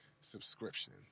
subscription